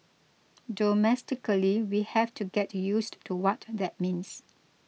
domestically we have to get used to what that means